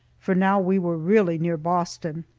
for now we were really near boston.